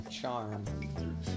charm